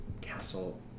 castle